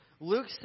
Luke